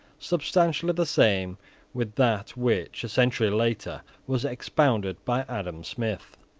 substantially the same with that which, a century later, was expounded by adam smith.